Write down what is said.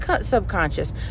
subconscious